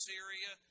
Syria